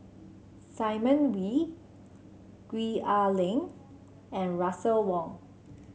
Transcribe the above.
Simon Wee Gwee Ah Leng and Russel Wong